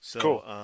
Cool